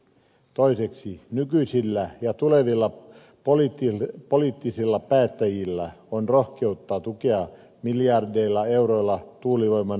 toiseksi nykyisillä ja tulevilla poliittisilla päättäjillä on rohkeutta tukea miljardeilla euroilla tuulivoiman rakentamista